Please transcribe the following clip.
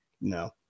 No